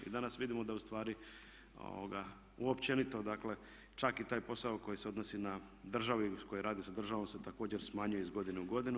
I danas vidimo da u stvari općenito, dakle čak i taj posao koji se odnosi na državu i koji radi sa državom se također smanjuje iz godine u godinu.